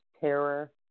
terror